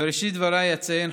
בראשית דבריי אציין,